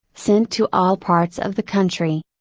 sent to all parts of the country.